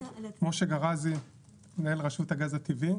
אני מנהל רשות הגז הטבעי.